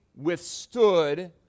withstood